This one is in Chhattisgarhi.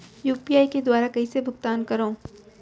यू.पी.आई के दुवारा कइसे भुगतान करहों?